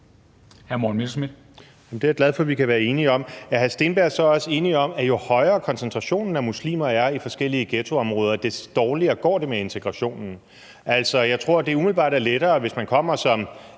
Det er jeg glad for at vi kan være enige om. Er hr. Andreas Steenberg så også enig i, at jo højere koncentrationen af muslimer er i forskellige ghettoområder, des dårligere går det med integrationen? Altså, jeg tror, at det umiddelbart er lettere, hvis man kommer som